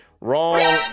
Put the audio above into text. Wrong